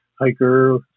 hiker